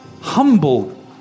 humble